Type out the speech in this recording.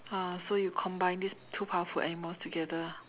uh so you combine these two powerful animals together